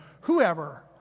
whoever